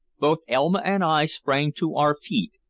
both elma and i sprang to our feet,